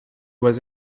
was